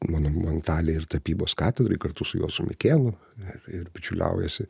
monumentaliai ir tapybos katedrai kartu su juozu mikėnu ir ir bičiuliaujasi